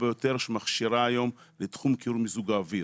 ביותר שמכשירה היום לתחום קירור ומיזוג אוויר.